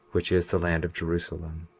which is the land of jerusalem,